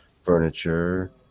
furniture